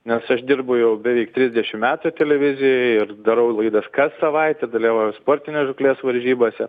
nes aš dirbu jau beveik trisdešim metų televizijoj ir darau laidas kas savaitę dalyvauju sportinės žūklės varžybose